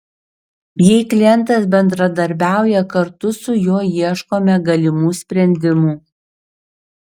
jei klientas bendradarbiauja kartu su juo ieškome galimų sprendimų